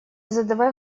задавай